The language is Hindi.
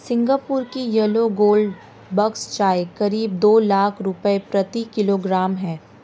सिंगापुर की येलो गोल्ड बड्स चाय करीब दो लाख रुपए प्रति किलोग्राम है